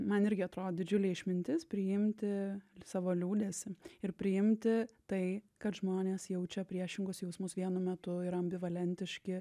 man irgi atrodo didžiulė išmintis priimti savo liūdesį ir priimti tai kad žmonės jaučia priešingus jausmus vienu metu ir ambivalentiški